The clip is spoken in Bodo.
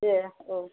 दे औ